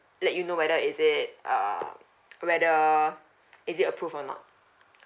let you know whether is it uh whether is it approved or not